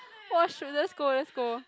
!wah! shoot let's go let's go